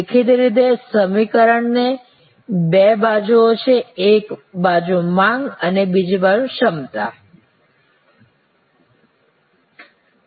દેખીતી રીતે સમીકરણની બે બાજુઓ છે એક માંગ બાજુ અને બીજી ક્ષમતા બાજુ